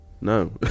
No